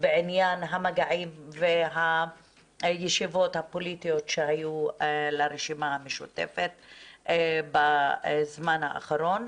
בעניין המגעים והישיבות הפוליטיות שהיו לרשימה המשותפת בזמן האחרון.